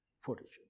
fortitude